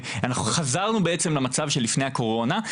חזרנו בעצם למצב שלפני הקורונה.